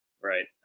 right